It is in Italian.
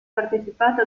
partecipato